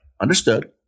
Understood